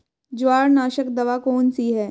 जवार नाशक दवा कौन सी है?